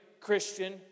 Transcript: Christian